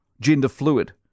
gender-fluid